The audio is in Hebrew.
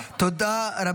תודה.